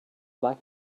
black